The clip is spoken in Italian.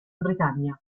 britannia